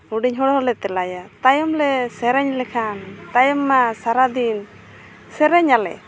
ᱦᱩᱰᱤᱧ ᱦᱚᱲ ᱦᱚᱞᱮ ᱛᱮᱞᱟᱭᱟ ᱛᱟᱭᱚᱢ ᱞᱮ ᱥᱮᱨᱮᱧ ᱞᱮᱠᱷᱟᱱ ᱛᱟᱭᱚᱢ ᱢᱟ ᱥᱟᱨᱟ ᱫᱤᱱ ᱥᱮᱨᱮᱧ ᱟᱞᱮ